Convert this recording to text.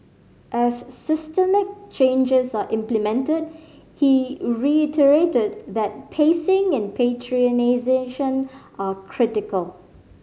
as systemic changes are implemented he reiterated that pacing and prioritisation are critical